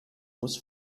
muss